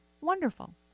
Wonderful